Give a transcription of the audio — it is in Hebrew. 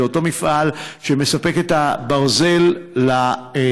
זה אותו מפעל שמספק את הברזל למכשול